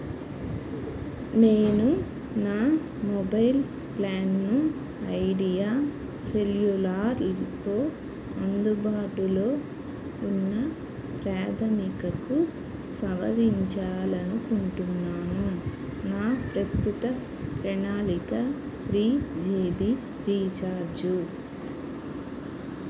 నేను నా మొబైల్ ప్లాన్ను ఐడియా సెల్యులార్తో అందుబాటులో ఉన్న ప్రాథమికకు సవరించాలి అనుకుంటున్నాను నా ప్రస్తుత ప్రణాళిక త్రీ జీబి రీఛార్జు